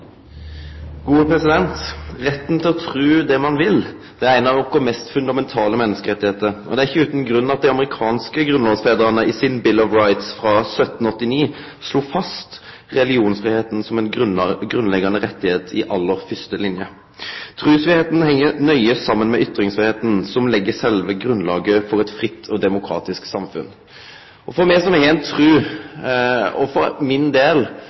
ein av våre mest fundamentale menneskerettar, og det er ikkje utan grunn at dei amerikanske grunnlovsfedrane i sin Bill of Rights frå 1789 slo fast religionsfridomen som ein grunnleggjande rett i aller fyrste linje. Trusfridomen heng nøye saman med ytringsfridomen, som legg sjølve grunnlaget for eit fritt og demokratisk samfunn. For min del veit eg kor viktig trua er for meg sjølv. Då veit eg òg kor vanskeleg det må vere å bli fråteken retten til å tru